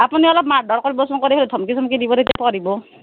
আপুনি অলপ মাৰ ধৰ কৰিবছোন কৰি ধমকি চমকি দিব তেতিয়া পঢ়িব